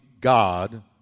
God